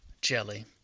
jelly